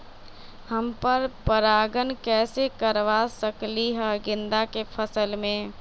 हम पर पारगन कैसे करवा सकली ह गेंदा के फसल में?